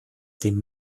dem